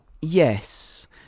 Yes